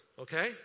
okay